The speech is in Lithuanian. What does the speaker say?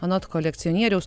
anot kolekcionieriaus